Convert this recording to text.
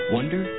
Wonder